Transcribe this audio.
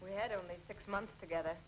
we had only six months together